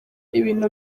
ibintu